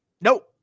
Nope